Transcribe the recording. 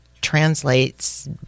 translates